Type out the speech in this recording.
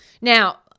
Now